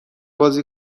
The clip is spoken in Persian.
بازی